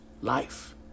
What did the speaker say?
Life